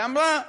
ואמרה: